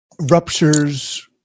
Ruptures